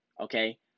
Okay